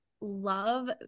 love